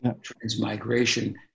transmigration